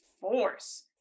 force